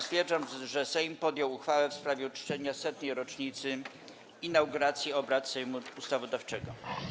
Stwierdzam, że Sejm podjął uchwałę w sprawie uczczenia 100. rocznicy inauguracji obrad Sejmu Ustawodawczego.